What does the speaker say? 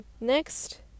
next